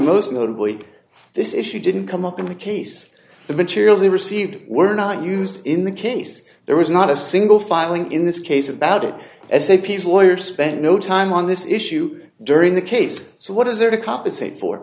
most notably this issue didn't come up in the case the materials they received were not used in the case there was not a single filing in this case about it as a peace lawyer spent no time on this issue during the case so what is there to compensate for